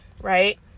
right